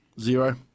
Zero